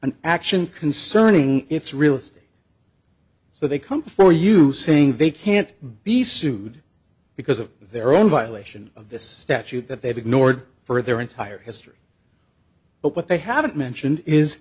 an action concerning its real estate so they come for you saying they can't be sued because of their own violation of this statute that they've ignored for their entire history but what they haven't mentioned is